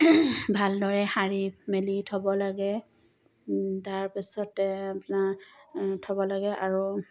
ভালদৰে শাৰী মেলি থ'ব লাগে তাৰপিছতে আপোনাৰ থ'ব লাগে আৰু